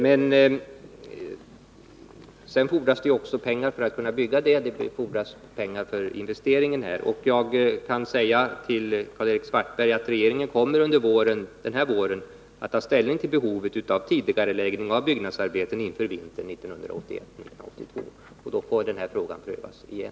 Men det fordras också pengar för att kunna bygga det. Det fordras pengar för investeringen. Jag kan säga till Karl-Erik Svartberg att regeringen under denna vår kommer att ta ställning till behovet av tidigareläggning av byggnadsarbeten inför vintern 1981/82. Då får denna fråga prövas igen.